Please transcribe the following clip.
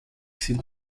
sind